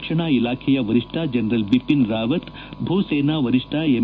ರಕ್ಷಣಾ ಇಲಾಖೆಯ ವರಿಷ್ಣ ಜನರಲ್ ಬಿಪಿನ್ ರಾವತ್ ಭೂಸೇನಾ ವರಿಷ್ಠ ಎಂ